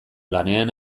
lanean